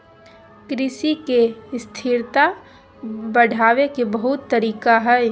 कृषि के स्थिरता बढ़ावे के बहुत तरीका हइ